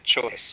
choice